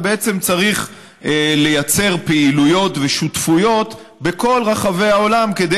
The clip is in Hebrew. וצריך לייצר פעילויות ושותפויות בכל רחבי העולם כדי